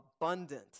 abundant